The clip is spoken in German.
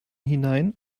hinein